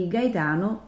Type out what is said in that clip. Gaetano